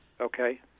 Okay